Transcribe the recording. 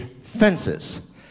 fences